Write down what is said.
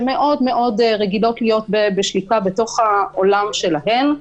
שמאוד מאוד רגילות להיות בשליטה בתוך העולם שלהן,